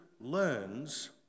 learns